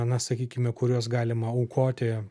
na sakykime kuriuos galima aukoti